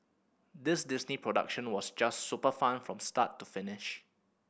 this Disney production was just super fun from start to finish